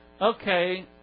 okay